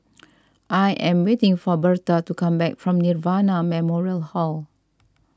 I am waiting for Berta to come back from Nirvana Memorial Garden